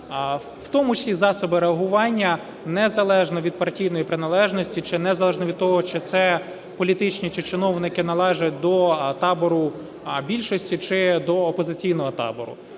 в тому числі і засоби реагування, незалежно від партійної приналежності чи незалежно від того, чи це політичні, чи чиновники належать до табору більшості, чи до опозиційного табору.